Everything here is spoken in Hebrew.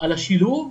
על השילוב,